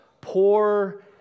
poor